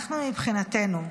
אנחנו, מבחינתנו,